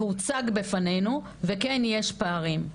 זה הוצג בפנינו, וכן, יש פערים.